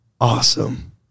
Awesome